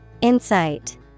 Insight